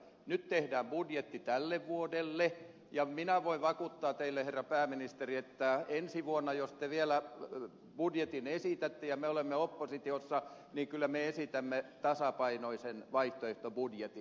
nyt tehdään budjetti tälle vuodelle ja minä voin vakuuttaa teille herra pääministeri että ensi vuonna jos te vielä budjetin esitätte ja me olemme oppositiossa kyllä me esitämme tasapainoisen vaihtoehtobudjetin